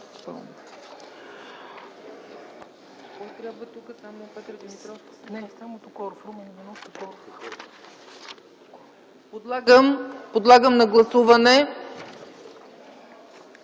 Подлагам на гласуване